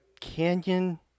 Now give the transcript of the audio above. canyon